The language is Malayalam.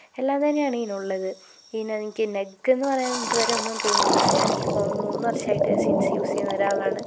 എല്ലാം തന്നെയാണിതിനുള്ളത് ഇതിന് എനിക്ക് നെഗ്ഗ് എന്ന് പറയാൻ ഇതുവരെ ഒന്നും തോന്നിയിട്ടില്ല ഞാനീ ഫോൺ മൂന്ന് വർഷമായിട്ട് സിൻസ് യൂസ് ചെയ്യുന്ന ഒരാളാണ്